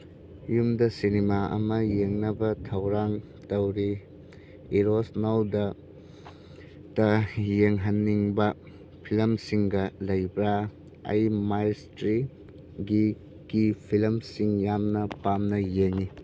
ꯌꯨꯝꯗ ꯁꯤꯅꯤꯃꯥ ꯑꯃ ꯌꯦꯡꯅꯕ ꯊꯧꯔꯥꯡ ꯇꯧꯔꯤ ꯏꯔꯣꯁ ꯅꯥꯎꯗ ꯌꯦꯡꯍꯟꯅꯤꯡꯕ ꯐꯤꯂꯝꯁꯤꯡꯒ ꯂꯩꯕ꯭ꯔꯥ ꯑꯩ ꯃꯥꯏꯁꯇ꯭ꯔꯤꯒꯤ ꯐꯤꯂꯝꯁꯤꯡ ꯌꯥꯝꯅ ꯄꯥꯝꯅ ꯌꯦꯡꯉꯤ